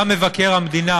גם מבקר המדינה